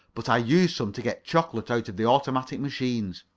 but i used some to get chocolates out of the automatic machines.